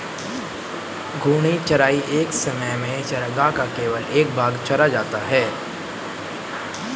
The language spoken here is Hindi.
घूर्णी चराई एक समय में चरागाह का केवल एक भाग चरा जाता है